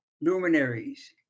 luminaries